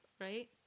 right